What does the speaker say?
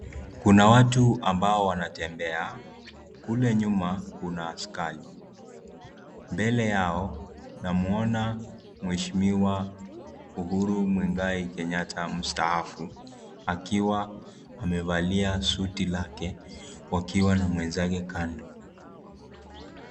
Kuna watu ambao wanatembea. Kule nyuma kuna askari. Mbele yao namwona mheshimiwa Uhuru Muigai Kenyatta mstaafu akiwa amevalia suti lake wakiwa na mwenzake kando.